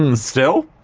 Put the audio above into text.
and still?